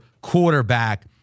quarterback